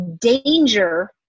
danger